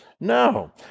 No